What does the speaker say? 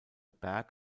berg